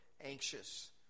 anxious